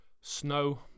snow